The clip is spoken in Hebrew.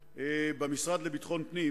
במשרד לביטחון פנים